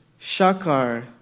Shakar